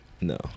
no